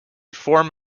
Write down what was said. forum